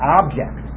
object